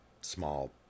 small